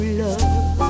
love